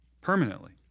permanently